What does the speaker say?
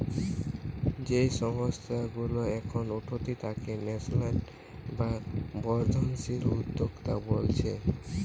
যেই সংস্থা গুলা এখন উঠতি তাকে ন্যাসেন্ট বা বর্ধনশীল উদ্যোক্তা বোলছে